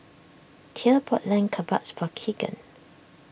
thea bought Lamb Kebabs for Keegan